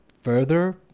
further